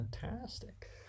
fantastic